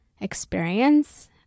experience